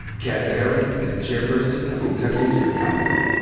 cassia herron is the chairperson of kentuckians for the commonwealth,